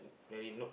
very not